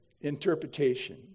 interpretation